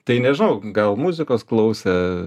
tai nežinau gal muzikos klausė